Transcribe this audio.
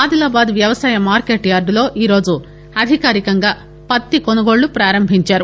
ఆదిలాబాద్ వ్యవసాయ మార్సెట్ యార్గులో ఈ రోజు అధికారికంగా పత్తి కొనుగోలు ప్రారంభించారు